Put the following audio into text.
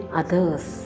others